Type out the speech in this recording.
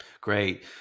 great